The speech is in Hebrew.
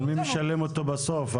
אבל מי משלם אותו בסוף?